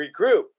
regroup